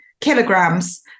kilograms